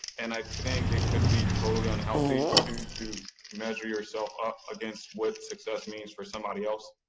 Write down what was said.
and i think it could be totally unhealthy to measure yourself up against what success means for somebody else,